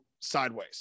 sideways